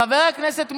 חבר הכנסת מולא,